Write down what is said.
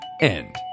end